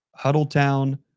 Huddletown